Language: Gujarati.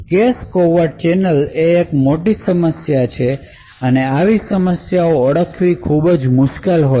કેશ કોવેર્ટ ચેનલ એક મોટી સમસ્યા છે આવી સમસ્યાઓ ઓળખવી ખૂબ જ મુશ્કેલ છે